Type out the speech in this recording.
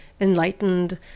enlightened